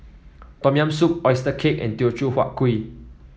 Tom Yam Soup oyster cake and Teochew Huat Kuih